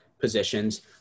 positions